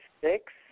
six